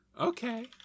okay